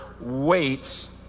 waits